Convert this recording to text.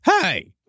Hey